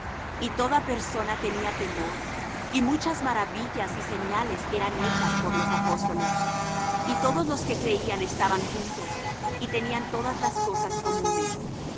y toda persona tenía temor y muchas maravillas y señales eran hechas por los apóstoles y todos los que creían estaban juntos y tenían todas las cosas comunes